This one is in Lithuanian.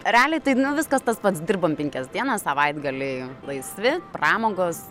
realiai tai nu viskas tas pats dirbam penkias dienas savaitgaliai laisvi pramogos